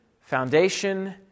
foundation